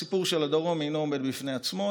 הסיפור של הדרום אינו עומד בפני עצמו,